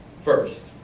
First